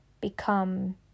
become